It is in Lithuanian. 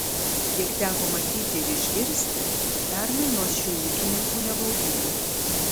kiek teko matyti ir išgirsti permainos šių ūkininkų nebaugina